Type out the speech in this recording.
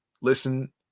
listen